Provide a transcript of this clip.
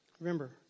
Remember